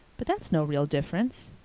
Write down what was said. but that's no real difference.